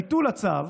ביטול הצו